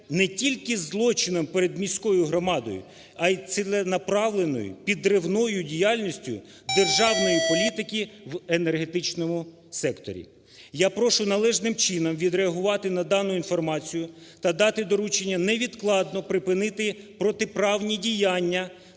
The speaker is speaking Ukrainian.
не тільки злочином перед міською громадою, а й ціленаправленою, підривною діяльністю державної політики в енергетичному секторі. Я прошу належним чином відреагувати на дану інформацію та дати доручення невідкладно припинити протиправні діяння